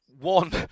one